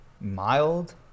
mild